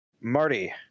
Marty